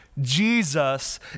Jesus